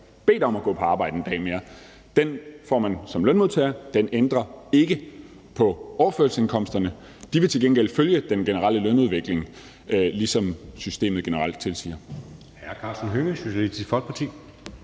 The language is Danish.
bedt om at gå på arbejde en dag mere – får man som lønmodtager; den ændrer ikke på overførselsindkomsterne. De vil til gengæld følge den generelle lønudvikling, ligesom systemet generelt tilsiger.